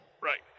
Right